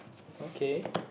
okay